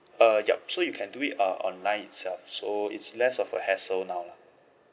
uh yup so you can do it uh online itself so it's less of a hassle now lah